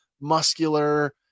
muscular